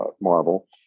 Marvel